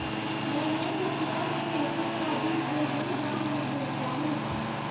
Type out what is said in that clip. मैंने हटिया में सरसों का बीज दोगुने दाम में बेचा है